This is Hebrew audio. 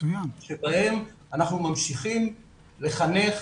שבהן אנחנו ממשיכים לחנך,